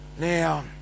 now